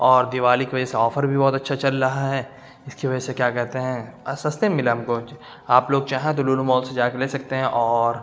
اور دیوالی کی وجہ سے آفر بھی بہت اچھا چل رہا ہے جس کی وجہ سے کیا کہتے ہیں اور سستے میں ملا ہم کو آپ لوگ چاہیں تو لولو مال سے جا کے لے سکتے ہیں اور